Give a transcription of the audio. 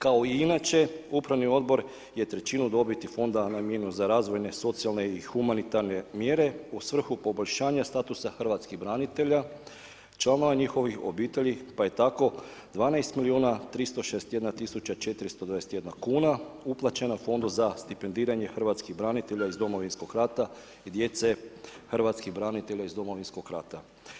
Kao i inače upravni odbor je trećinu dobiti fonda namijenio za razvojne, socijalne i humanitarne mjere u svrhu poboljšanja statusa hrvatskih branitelja, članova njihovih obitelji, pa je tako 12 milijuna 361 tisuća 421 kuna uplaćeno Fondu za stipendiranje hrvatskih branitelja iz Domovinskog rata i djece hrvatskih branitelja iz Domovinskog rata.